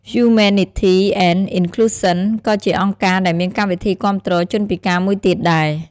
ហ្យូមេននីធី អេន អុីន ឃ្លូសសិន Humanity & Inclusion ក៏ជាអង្គការដែលមានកម្មវិធីគាំទ្រជនពិការមួយទៀតដែរ។